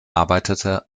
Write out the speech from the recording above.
arbeitete